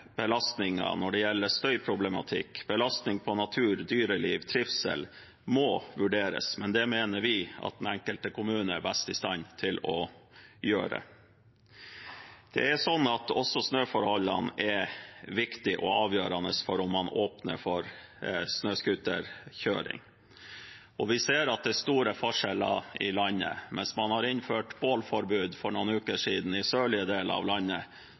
når det gjelder støyproblematikk, natur, dyreliv og trivsel, må vurderes, men det mener vi at den enkelte kommune er best i stand til å gjøre. Også snøforholdene er viktige og avgjørende for om man åpner for snøscooterkjøring, og vi ser at det er store forskjeller i landet. Mens man har innført bålforbud for noen uker siden i sørlige deler av landet,